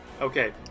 Okay